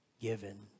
given